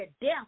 death